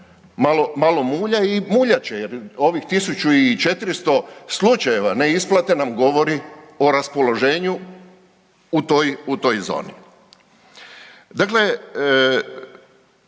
malo mulja i muljat će jer ovih 1400 slučajeva neisplate nam govori o raspoloženju u toj zoni.